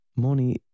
money